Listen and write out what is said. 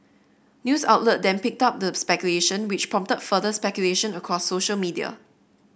news outlet then picked up the speculation which prompted further speculation across social media